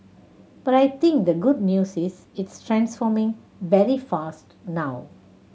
but I think the good news is it's transforming very fast now